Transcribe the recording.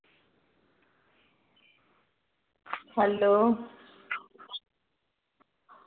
hello